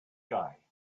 guy